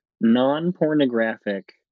non-pornographic